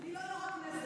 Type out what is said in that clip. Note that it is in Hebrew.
אני לא יו"ר הכנסת.